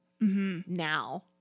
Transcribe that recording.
Now